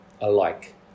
alike